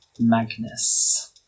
Magnus